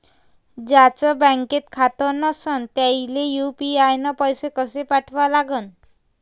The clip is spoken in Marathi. ज्याचं बँकेत खातं नसणं त्याईले यू.पी.आय न पैसे कसे पाठवा लागन?